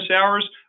hours